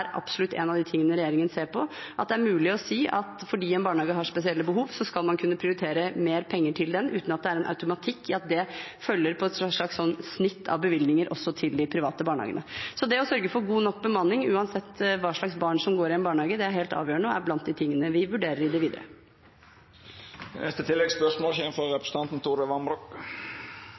absolutt en av de tingene regjeringen ser på, at det er mulig å si at fordi en barnehage har spesielle behov, skal man kunne prioritere mer penger til den uten at det er en automatikk i at det følger med et slags snitt av bevilgninger også til de private barnehagene. Så det å sørge for god nok bemanning uansett hva slags barn som går i en barnehage, er helt avgjørende og er blant de tingene vi vurderer i det videre.